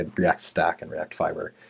and react stack and react fiber.